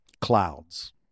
clouds